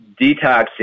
detoxing